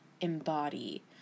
embody